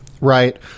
right